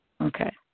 okay